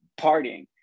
partying